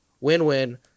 Win-win